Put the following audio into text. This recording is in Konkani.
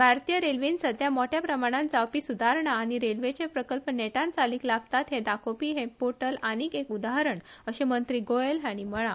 भारतीय रेल्वेत सध्या मोठ्या प्रमाणात जावपी सुदारणा आनी रेल्वेचे प्रकल्प नेटान चालीक लागतात हे दाखोवपी हे पोर्टल आनीक एक उदाहरण अशे मंत्री गोयल हाणी म्हळां